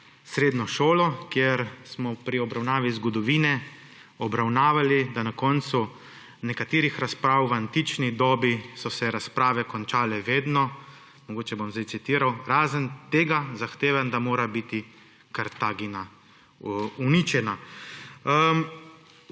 srednjo šolo, kjer smo pri obravnavi zgodovine obravnavali, da na koncu nekaterih razprav v antični dobi so se razprave končale vedno, mogoče bom zdaj citiral, »razen tega zahtevam, da mora biti Kartagina uničena«.